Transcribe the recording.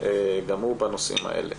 גם הוא בנושאים האלה.